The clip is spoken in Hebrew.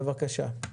בבקשה.